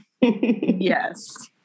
Yes